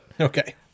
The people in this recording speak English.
Okay